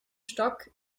stock